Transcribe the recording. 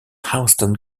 houston